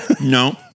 no